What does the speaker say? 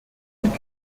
und